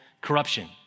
corruption